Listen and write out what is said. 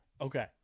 Okay